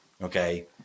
Okay